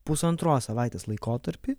pusantros savaitės laikotarpį